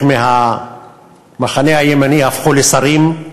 חלק מהמחנה הימני הפכו לשרים,